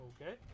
Okay